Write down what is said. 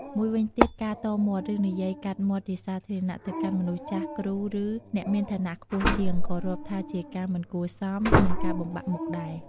មួយវិញទៀត ការតមាត់ ឬនិយាយកាត់មាត់ជាសាធារណៈទៅកាន់មនុស្សចាស់ គ្រូ ឬ អ្នកមានឋានៈខ្ពស់ជាងក៏រាប់ថាជាការមិនគួរសម និង ការបំបាក់មុខដែរ។